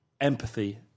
empathy